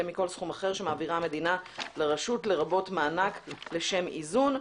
מכל סכום אחר שמעבירה המדינה לרשות לרבות מענק לשם איזון.